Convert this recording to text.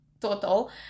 total